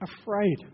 afraid